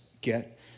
get